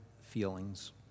feelings